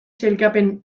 sailkapen